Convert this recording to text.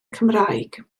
cymraeg